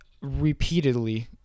repeatedly